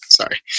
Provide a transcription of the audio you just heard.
sorry